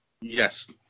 Yes